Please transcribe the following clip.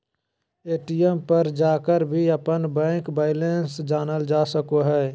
ATM पर जाकर भी अपन बैंक बैलेंस जानल जा सको हइ